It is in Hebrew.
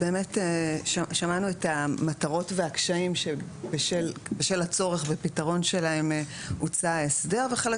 שמענו את המטרות והקשיים שבשל הצורך בפתרון שלהם הוצע ההסדר וחלק